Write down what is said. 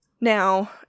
Now